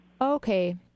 Okay